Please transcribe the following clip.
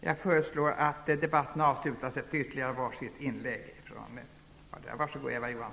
Jag föreslår att debatten avslutas efter ytterligare ett inlägg från vardera sidan.